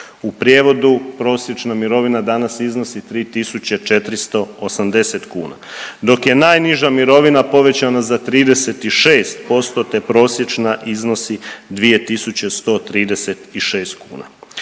u prijevodu prosječna mirovina danas iznosi 3.480,00 kn, dok je najniža mirovina povećana za 36%, te prosječna iznosi 2.136,00 kn.